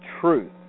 Truth